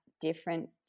different